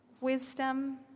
wisdom